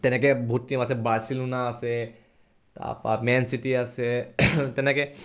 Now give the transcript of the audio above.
তেনেকৈ বহুত টিম আছে বাৰ্চিলোনা আছে তাৰপৰা মেন চিটি আছে তেনেকৈ